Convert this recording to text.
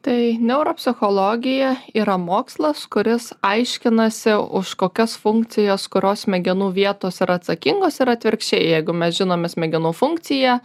tai neuropsichologija yra mokslas kuris aiškinasi už kokias funkcijas kurios smegenų vietos yra atsakingos ir atvirkščiai jeigu mes žinome smegenų funkciją